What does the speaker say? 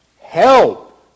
Help